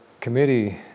committee